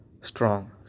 strong